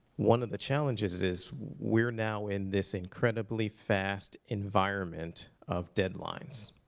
one of the challenges is we're now in this incredibly fast environment of deadlines.